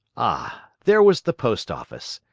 ah, there was the post office!